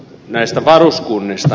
näistä varuskunnista